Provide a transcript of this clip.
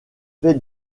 fait